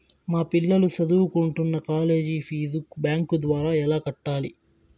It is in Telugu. మా పిల్లలు సదువుకుంటున్న కాలేజీ ఫీజు బ్యాంకు ద్వారా ఎలా కట్టాలి?